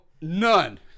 None